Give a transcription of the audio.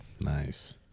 Nice